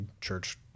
church